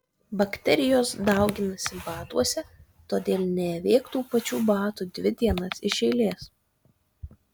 bakterijos dauginasi batuose todėl neavėk tų pačių batų dvi dienas iš eilės